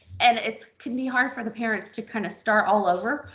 and it's can be hard for the parents to kind of start all over.